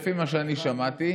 לפי מה שאני שמעתי,